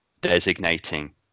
designating